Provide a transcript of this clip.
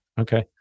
Okay